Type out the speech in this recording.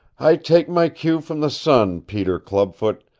i take my cue from the sun, peter clubfoot.